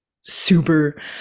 super